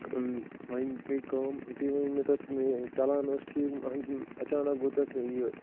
وۄنۍ گٔے کٲم یُتھے وۄنۍ مےٚ تتھ چلان اوس ٹھیٖک ہنٛگ تہٕ منٛگہٕ اچانک گوٚو تتھ یہِ